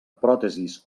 pròtesis